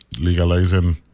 legalizing